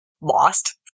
lost